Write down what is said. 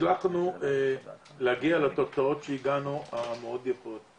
הצלחנו להגיע לתוצאות שהגענו, המאוד יפות.